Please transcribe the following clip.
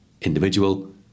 Individual